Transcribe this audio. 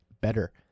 better